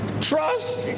trust